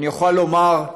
ואני אוכל לומר,